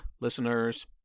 listeners